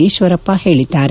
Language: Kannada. ಈಶ್ವರಪ್ಪ ಹೇಳಿದ್ದಾರೆ